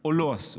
או לא עשו.